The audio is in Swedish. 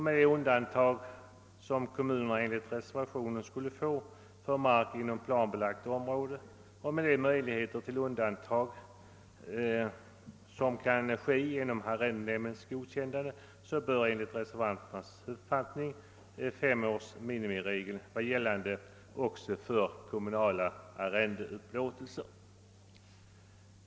Med de undantag som kommunerna enligt reservationen skulle få för mark inom planlagt område och med de möjligheter till undantag som kan ske genom arrendenämndens godkännande bör enligt reservanternas i reservationen V uppfattning femårsminimiregeln vara gällande också för kommunala arrendeupplåtelser.